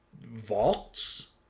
vaults